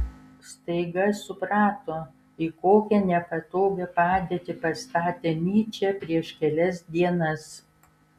staiga suprato į kokią nepatogią padėtį pastatė nyčę prieš kelias dienas